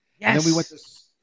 Yes